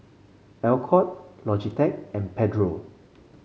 Alcott Logitech and Pedro